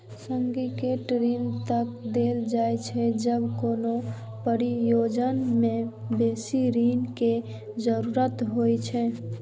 syndicate ऋण तब देल जाइ छै, जब कोनो परियोजना कें बेसी ऋण के जरूरत होइ छै